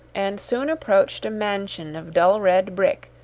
and soon approached a mansion of dull red brick,